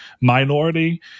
minority